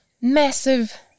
massive